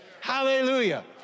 Hallelujah